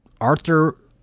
Arthur